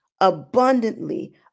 abundantly